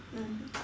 mmhmm